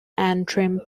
antrim